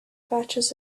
patches